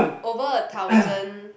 over a thousand